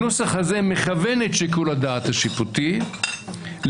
הנוסח הזה מכוון את שיקול הדעת השיפוטי לריסון,